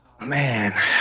Man